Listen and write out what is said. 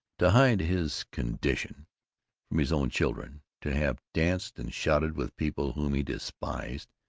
to hide his condition from his own children! to have danced and shouted with people whom he despised!